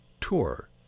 tour